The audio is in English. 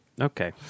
Okay